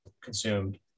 consumed